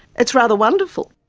it's rather wonderful.